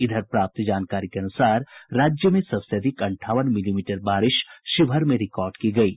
इधर प्राप्त जानकारी के अनुसार राज्य में सबसे अधिक अंठावन मिलीमीटर बारिश शिवहर में रिकार्ड की गयी